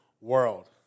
World